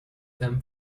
them